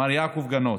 מר יעקב גנות,